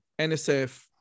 nsf